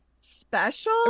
special